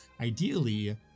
ideally